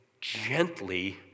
gently